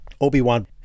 obi-wan